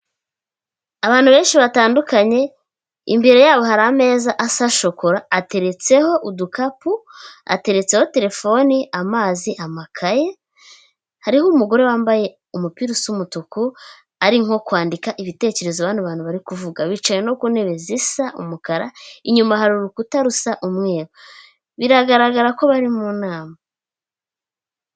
Abantu benshi batandukanye imbere yabo hari ameza asa shokora ateretseho udukapu, ateretseho telefone, amazi, amakaye hariho umugore wambaye umupira usa umutuku ari nko kwandika ibitekerezo bano bantu bari kuvuga bicaye no ku ntebe zisa umukara inyuma hari urukuta rusa umweru. Biragaragara ko bari mu nama.